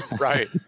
Right